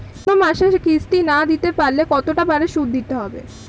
কোন মাসে কিস্তি না দিতে পারলে কতটা বাড়ে সুদ দিতে হবে?